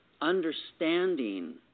understanding